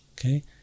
Okay